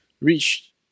reached